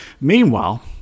Meanwhile